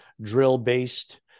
drill-based